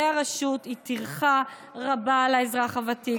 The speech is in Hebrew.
הרשות היא טרחה רבה לאזרח הוותיק,